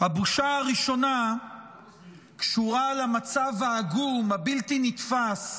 הבושה הראשונה קשורה למצב העגום, הבלתי-נתפס,